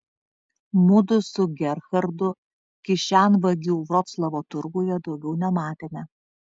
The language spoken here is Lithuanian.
mudu su gerhardu kišenvagių vroclavo turguje daugiau nematėme